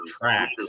tracks